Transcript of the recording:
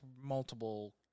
multiple